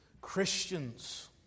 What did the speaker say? Christians